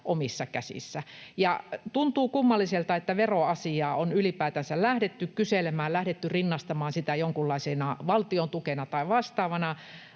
omissa käsissä, ja tuntuu kummalliselta, että veroasiaa on ylipäätänsä lähdetty kyselemään ja lähdetty rinnastamaan sitä jonkunlaisena valtiontukena tai vastaavana.